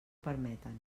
permeten